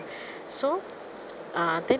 so uh then